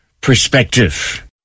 perspective